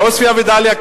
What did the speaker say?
בעוספיא ודאליה,